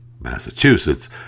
Massachusetts